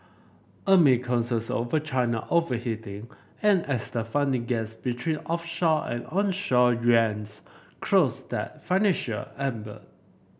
amid concerns over China overheating and as the funding gas between offshore and onshore yuan closed that financial ebbed